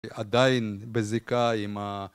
עדיין בזיקה עם ה...